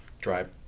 drive